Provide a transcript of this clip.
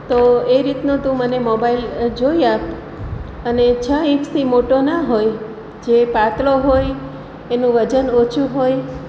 તો એ રીતનું તું મને મોબાઈલ જોઈ આપ અને છ ઇંચથી મોટો ના હોય જે પાતળો હોય એનું વજન ઓછું હોય